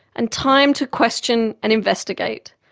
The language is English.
and time to question and investigate,